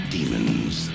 Demons